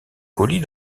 colis